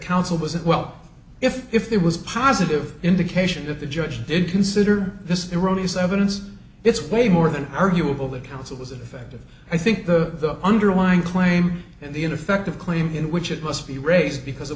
counsel wasn't well if if there was positive indication that the judge did consider this erroneous evidence it's way more than arguable that counsel is ineffective i think the underlying claim and the ineffective claim in which it must be raised because